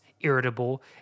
irritable